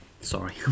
Sorry